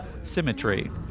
symmetry